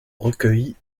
recueillis